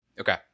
Okay